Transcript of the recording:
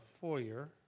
foyer